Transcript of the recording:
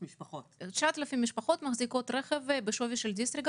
9,000 משפחות מחזיקות רכב בשווי של דיסריגרד.